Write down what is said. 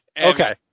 Okay